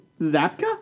Zapka